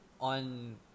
on